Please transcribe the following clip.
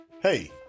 Hey